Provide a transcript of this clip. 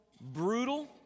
brutal